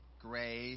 Gray